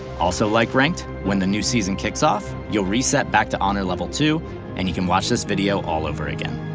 also like ranked, when the new season kicks off, you'll reset back to honor level two and you can watch this video all over again.